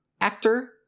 actor